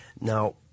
Now